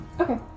Okay